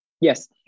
Yes